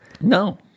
No